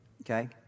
Okay